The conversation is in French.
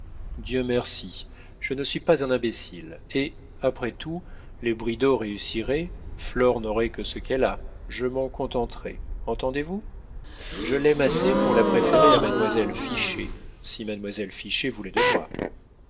dieu merci je ne suis pas imbécile et après tout les bridau réussiraient flore n'aurait que ce qu'elle a je m'en contenterais entendez-vous je l'aime assez pour la préférer à mademoiselle fichet si mademoiselle fichet voulait de moi